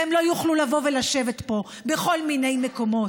והם לא יוכלו לבוא ולשבת פה בכל מיני מקומות.